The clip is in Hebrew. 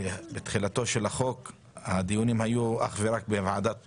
בתחילתו של החוק הדיונים היו אך ורק בוועדת הפנים,